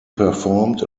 performed